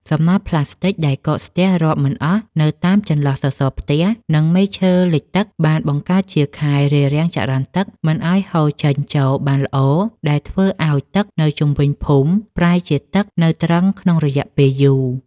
សំណល់ផ្លាស្ទិកដែលកកស្ទះរាប់មិនអស់នៅតាមចន្លោះសសរផ្ទះ និងមែកឈើលិចទឹក បានបង្កើតជាខែលរារាំងចរន្តទឹកមិនឱ្យហូរចេញចូលបានល្អ ដែលធ្វើឱ្យទឹកនៅជុំវិញភូមិប្រែជាទឹកនៅទ្រឹងក្នុងរយៈពេលយូរ។